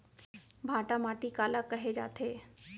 भांटा माटी काला कहे जाथे?